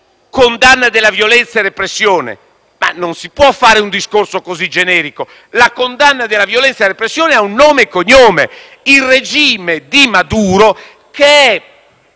condanna della violenza e della repressione, ma non si può fare un discorso così generico. La condanna della violenza e della repressione ha un nome e cognome: il regime di Maduro, che